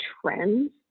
trends